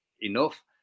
enough